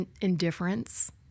indifference